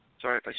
Sorry